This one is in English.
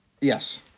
Yes